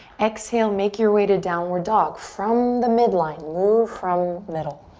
exhale, make your way to downward dog from the midline. move from middle.